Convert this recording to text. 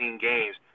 games